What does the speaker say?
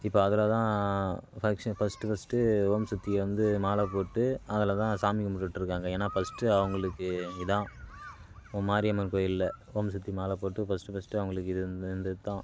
இப்போ அதில் தான் ஃபக்ஷன் ஃபர்ஸ்ட்டு ஃபர்ஸ்ட்டு ஓம் சக்திக்கு வந்து மாலை போட்டு அதில் தான் சாமி கும்பிடுட்ருக்காங்க ஏன்னால் ஃபர்ஸ்ட்டு அவங்களுக்கு இதுதான் ஓ மாரியம்மன் கோவில்ல ஓம் சக்தி மாலை போட்டு ஃபர்ஸ்ட் ஃபர்ஸ்ட்டு அவங்களுக்கு இது வந்துது தான்